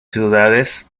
ciudades